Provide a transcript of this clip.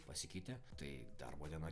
pasikeitė tai darbo diena